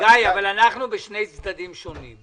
גיא, אבל אנחנו בשני צדדים שונים.